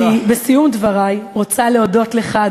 בסיום דברי אני רוצה להודות לך,